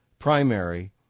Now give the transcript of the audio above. primary